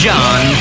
John